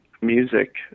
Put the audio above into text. music